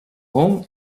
home